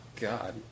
God